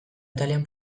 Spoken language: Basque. atalean